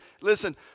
listen